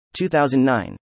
2009